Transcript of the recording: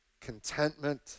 contentment